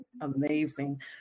amazing